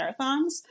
marathons